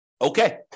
Okay